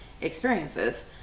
experiences